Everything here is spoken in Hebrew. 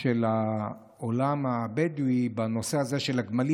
של העולם הבדואי בנושא הזה של הגמלים.